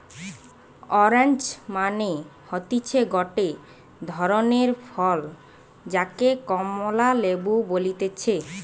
orange মানে হতিছে গটে ধরণের ফল যাকে কমলা লেবু বলতিছে